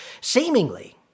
seemingly